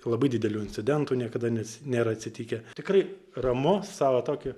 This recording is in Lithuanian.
labai didelių incidentų niekada neats nėra atsitikę tikrai ramu savo tokiu